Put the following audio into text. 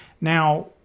Now